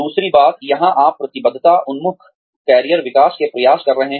दूसरी बात यहाँ आप प्रतिबद्धता उन्मुख कैरियर विकास के प्रयास कर सकते हैं